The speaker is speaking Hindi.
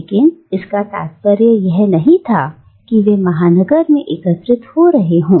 लेकिन इसका तात्पर्य यह नहीं था कि वे महानगर में एकत्रित हो रहे हो